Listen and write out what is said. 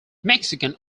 mexican